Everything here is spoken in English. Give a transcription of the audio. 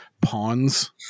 pawns